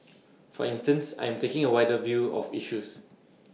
for instance I am taking A wider view of issues